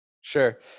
sure